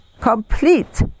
complete